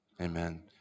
Amen